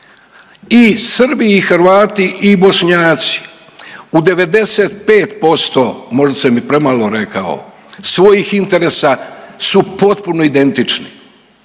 I Srbi i Hrvati i Bošnjaci u 95% možda sam i premalo rekao svojih interesa su potpuno identični.